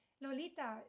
Lolita